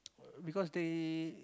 because they